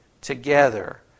together